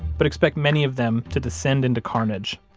but expect many of them to descend into carnage,